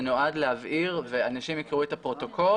זה נועד להבהיר ואנשים יקראו את הפרוטוקול,